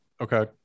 okay